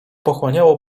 pochłaniało